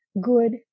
good